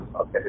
Okay